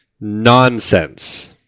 Nonsense